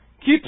Keep